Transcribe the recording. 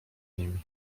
nim